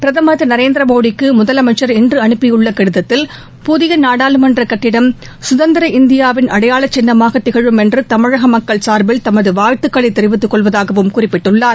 பிரதமர் திரு நரேந்திர மோடிக்கு முதலமைச்சர் இன்று அனுப்பியுள்ள கடிதத்தில் புதிய நாடாளுமன்ற கட்டிடம் சுதந்திர இந்தியாவின் அடையாள சின்னமாக திகழும் என்று தமிழக மக்கள் சார்பில் தமது வாழ்த்துக்களை தெரிவித்துக்கொள்வதாகவும் குறிப்பிட்டுள்ளார்